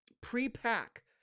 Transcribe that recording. pre-pack